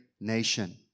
nation